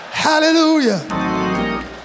hallelujah